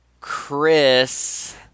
Chris